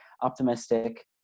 optimistic